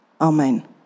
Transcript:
Amen